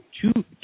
two